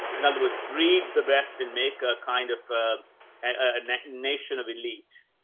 in other words, breed the best and make a kind of a, and a nation of elite.